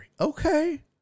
Okay